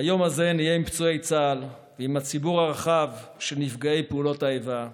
ביום הזה נהיה עם פצועי צה"ל ועם הציבור הרחב של נפגעי פעולות האיבה.